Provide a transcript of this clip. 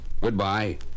Goodbye